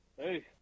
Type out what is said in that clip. Hey